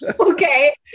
Okay